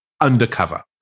undercover